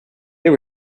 they